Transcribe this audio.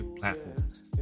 platforms